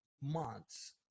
months